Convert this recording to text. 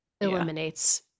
eliminates